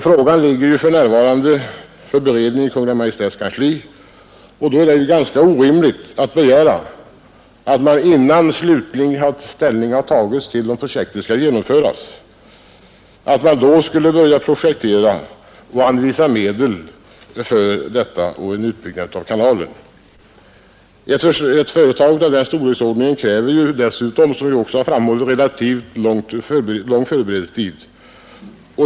Frågan ligger för närvarande i Kungl. Maj:ts kansli för beredning, och då är det ganska orimligt att begära att man, innan slutgiltig ställning har tagits till hur projektet tekniskt bör genomföras, skulle börja projektera och anvisa medel för en utbyggnad av kanalen. Ett företag av den storleken kräver dessutom, som vi också har framhållit, relativt lång förberedelsetid.